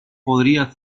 podría